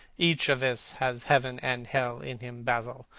each of us has heaven and hell in him, basil,